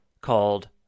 called